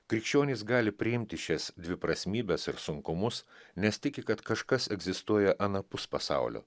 krikščionys gali priimti šias dviprasmybes ir sunkumus nes tiki kad kažkas egzistuoja anapus pasaulio